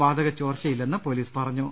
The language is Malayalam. വാതക ചോർച്ചയില്ലെന്ന് പൊലീസ് പറഞ്ഞു